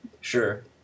Sure